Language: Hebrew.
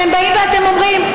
אתם באים ואתם אומרים: